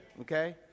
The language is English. Okay